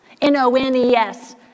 N-O-N-E-S